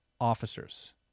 officers